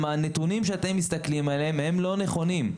הנתונים שאתם מסתכלים עליהם הם לא נכונים.